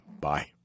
Bye